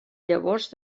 llavors